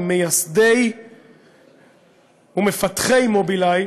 ממייסדי ומפתחי "מובילאיי",